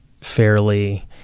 fairly